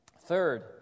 Third